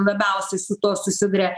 labiausiai su tuo susiduria